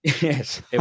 Yes